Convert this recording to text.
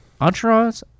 Entourage